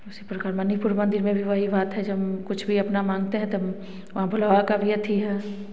उसी प्रकार मनिपुर मंदिर में वही बात है जब हम कुछ भी अपना माँगते हैं तब वहाँ भुल्हा का भी अथी है